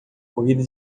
corrida